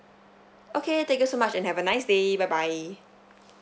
okay thank you so much and have a nice day bye bye